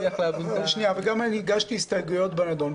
-- וגם הגשתי הסתייגויות בנדון.